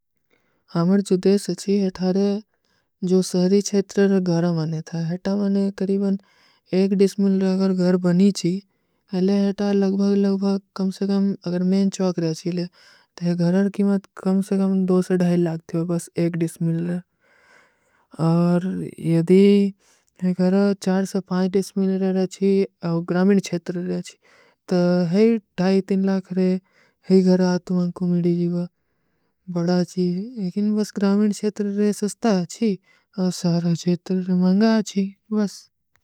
ହମର ଚୁଦେଶ ଅଚ୍ଛୀ ହୈ ଥାରେ ଜୋ ସହରୀ ଛେତର ଗର ମାନେ ଥାଯେ। ହେଟା ମାନେ କରୀବାନ ଏକ ଡିସ୍ମିଲ ଗର ବନୀ ଚୀ। ଅଲେ ହେଟା ଲଗଭାଗ ଲଗଭାଗ କମସେ କାମ ଅଗର ମେଂ ଚୌକ ରହା ଚୀ ଲେ, ତେ ଘରାର କୀମଟ କମସେ କାମ ଦୋ ସେ ଡଈଲ ଲାଗତୀ ଵା ବସ ଏକ ଡିସ୍ମିଲ ରହା। ଔର ଯଦୀ ଘରାର ଡିସ୍ମିଲ ରହା ଚୀ ଔର ଗ୍ରାମିନ ଛେତର ରହା ଚୀ, ତା ହୈ ଡାଈ ତିନ ଲାଗ ରହେ ହୈ ଘରାର ଆତ୍ମାଂ କୁମିଡୀ ଜୀଵା ବଡା ଚୀ, ଏକିନ ବସ ଗ୍ରାମିନ ଛେତର ରହେ ସୁସ୍ତା ଚୀ ଔର ସାରା ଛେତର ରହେ ମଂଗା ଚୀ ବସ।